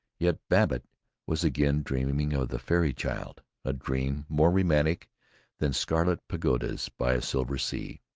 yet babbitt was again dreaming of the fairy child, a dream more romantic than scarlet pagodas by a silver sea.